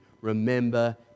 remember